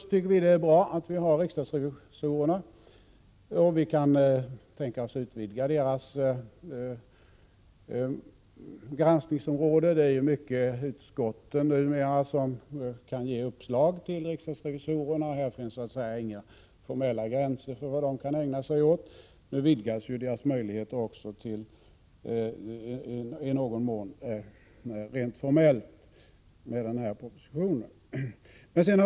Vi tycker att det är bra att vi har riksdagsrevisorerna. Vi kan tänka oss att utvidga deras granskningsområde. Numera är det i stor utsträckning utskotten som kan ge uppslag till riksdagsrevisorerna. Det finns inga formella gränser för vad de kan ägna sig åt. I och med den här propositionen vidgas ju också i någon mån deras möjligheter rent formellt.